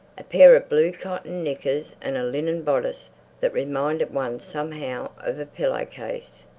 a pair of blue cotton knickers and a linen bodice that reminded one somehow of a pillow-case.